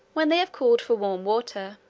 when they have called for warm water,